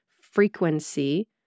frequency